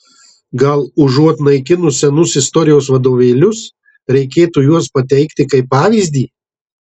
gal užuot naikinus senus istorijos vadovėlius reikėtų juos pateikti kaip pavyzdį